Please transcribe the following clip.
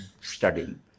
studying